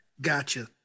Gotcha